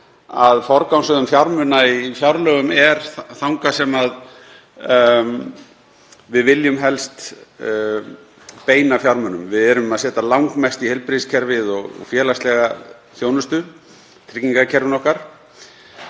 að forgangsröðun fjármuna í fjárlögum er þangað sem við viljum helst beina fjármunum. Við erum að setja langmest í heilbrigðiskerfið og félagslega þjónustu, tryggingakerfin okkar.